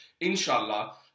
Inshallah